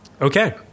Okay